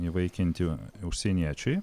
įvaikinti užsieniečiui